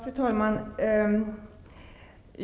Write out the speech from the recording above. Fru talman!